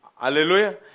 Hallelujah